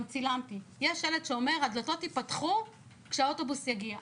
יש שלט שאומר הדלתות יפתחו כשהאוטובוס יגיע.